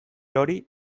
hori